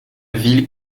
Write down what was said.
ville